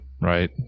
Right